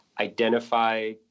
identify